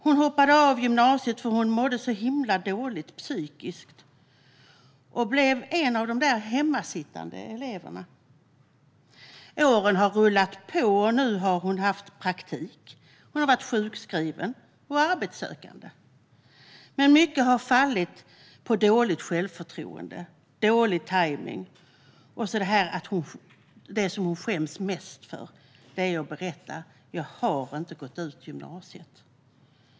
Hon hoppade av gymnasiet därför att hon mådde psykiskt dåligt, och hon blev en av de där hemmasittande eleverna. Åren har rullat på, och hon har haft praktik och varit sjukskriven och arbetssökande. Men mycket har fallit på dåligt självförtroende, dålig tajming och så det som hon skäms mest för att berätta: att hon inte har gått ut gymnasiet.